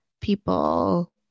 people